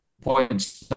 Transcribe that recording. points